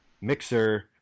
mixer